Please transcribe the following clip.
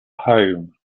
home